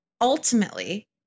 Ultimately